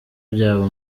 byabo